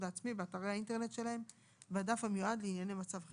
העצמי באתרי האינטרנט שלהם בדף המיועד לענייני מצב חירום.